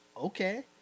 okay